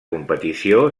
competició